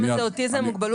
מיד, מיד.